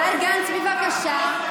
השר גנץ, בבקשה.